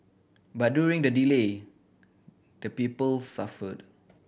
but during the delay the people suffered